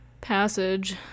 passage